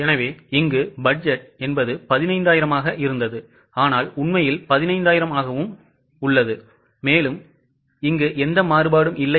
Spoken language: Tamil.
எனவே பட்ஜெட் 15000 ஆக இருந்தது உண்மையில் 15000 ஆகவும் உள்ளது எனவே எந்த மாறுபாடும் இல்லை